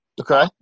Okay